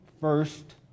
first